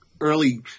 Early